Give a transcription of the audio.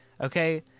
Okay